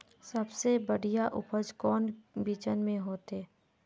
सबसे बढ़िया उपज कौन बिचन में होते?